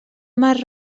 mar